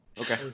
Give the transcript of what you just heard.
Okay